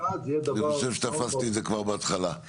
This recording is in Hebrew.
אני חושב שתפסתי את זה כבר בהתחלה.